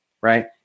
right